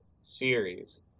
series